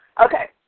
Okay